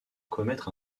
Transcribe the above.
commettre